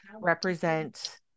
represent